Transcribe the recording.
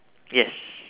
yes